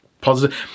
positive